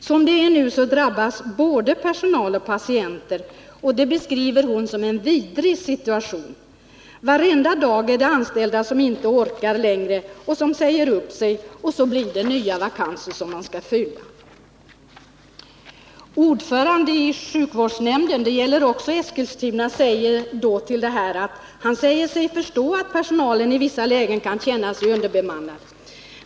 Som det nu är drabbas både personal och patienter, och det beskriver hon som en vidrig situation. Varenda dag är det anställda som inte längre orkar, som säger upp sig, och det blir nya vakanser att fylla. Ordföranden i sjukvårdsnämnden säger sig förstå att personalen i vissa lägen kan känna att det råder underbemanning.